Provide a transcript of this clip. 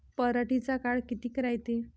पराटीचा काळ किती रायते?